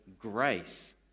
grace